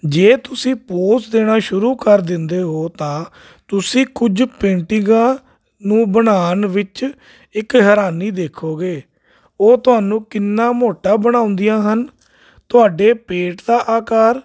ਜੇ ਤੁਸੀਂ ਪੋਜ਼ ਦੇਣਾ ਸ਼ੁਰੂ ਕਰ ਦਿੰਦੇ ਹੋ ਤਾਂ ਤੁਸੀਂ ਕੁਝ ਪੇਂਟਿੰਗਾਂ ਨੂੰ ਬਣਾਉਣ ਵਿੱਚ ਇੱਕ ਹੈਰਾਨੀ ਦੇਖੋਗੇ ਉਹ ਤੁਹਾਨੂੰ ਕਿੰਨਾ ਮੋਟਾ ਬਣਾਉਂਦੀਆਂ ਹਨ ਤੁਹਾਡੇ ਪੇਟ ਦਾ ਆਕਾਰ